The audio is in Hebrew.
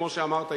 כמו שאמרת,